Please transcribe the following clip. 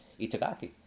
Itagaki